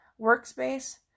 workspace